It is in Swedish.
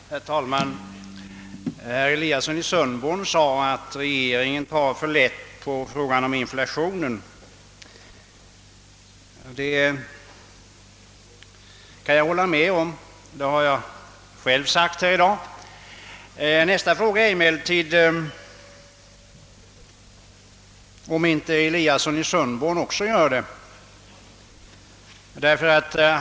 Herr talman! Herr Eliasson i Sundborn sade att regeringen tar för lätt på inflationen. Det kan jag hålla med om, och det har jag själv sagt här i dag. Jag frågar emellertid, om inte herr Eliasson i Sundborn också tar för lätt på inflationen.